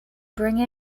bring